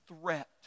threat